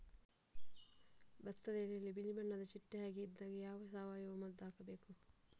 ಭತ್ತದ ಎಲೆಯಲ್ಲಿ ಬಿಳಿ ಬಣ್ಣದ ಚಿಟ್ಟೆ ಹಾಗೆ ಇದ್ದಾಗ ಯಾವ ಸಾವಯವ ಮದ್ದು ಹಾಕಬೇಕು?